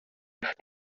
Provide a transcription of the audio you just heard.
chief